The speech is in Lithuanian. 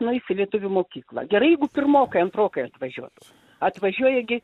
nueis į lietuvių mokyklą gerai jeigu pirmokai antrokai atvažiuotų atvažiuoja gi